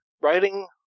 writing